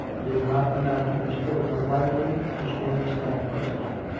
it is not a matter to be spoken of lightly, as you will understand presently.